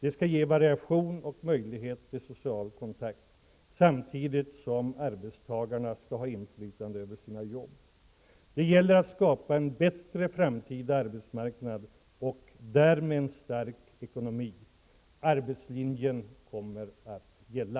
Det skall ge variation och möjlighet till social kontakt, samtidigt som arbetstagarna skall ha inflytande över sina jobb. Det gäller att skapa en bättre framtida arbetsmarknad och därmed en stark ekonomi. Arbetslinjen kommer att gälla.